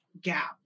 gap